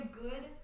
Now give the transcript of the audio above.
good